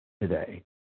today